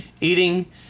eating